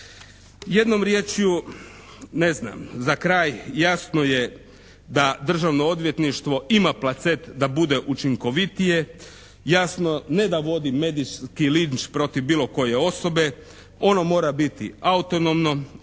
Jednom rječju, ne znam za kraj jasno je da Državno odvjetništvo ima placet da bude učinkovitije. Jasno ne da vodi medijski linč protiv bilo koje osobe. Ono mora biti autonomno,